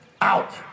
out